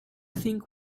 think